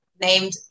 named